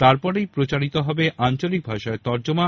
তারপরই প্রচারিত হবে আঞ্চলিক ভাষায় তর্জমা